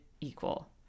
equal